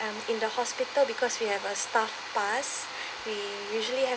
um in the hospital because we have a staff pass we usually have